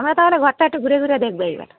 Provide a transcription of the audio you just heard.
আমরা তাহলে ঘরটা একটু ঘুরে ঘুরে দেখব এবার